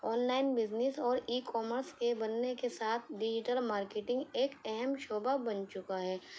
on line business اور e commerce کے بننے کے ساتھ ڈیجیٹل مارکیٹنگ ایک اہم شعبہ بن چکا ہے